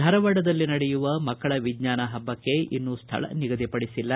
ಧಾರವಾಡದಲ್ಲಿ ನಡೆಯುವ ಮಕ್ಕಳ ವಿಜ್ಞಾನ ಹಬ್ಬಕ್ಕೆ ಇನ್ನೂ ಸ್ವಳ ನಿಗದಿಪಡಿಸಿಲ್ಲ